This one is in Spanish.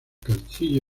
castillo